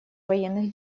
военных